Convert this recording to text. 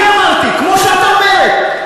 אני אמרתי, כמו שאת אומרת.